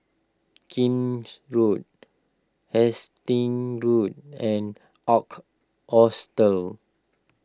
Kent Road Hastings Road and Arp Hostel